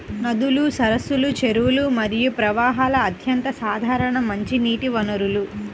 నదులు, సరస్సులు, చెరువులు మరియు ప్రవాహాలు అత్యంత సాధారణ మంచినీటి వనరులు